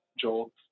Joel